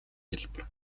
хялбар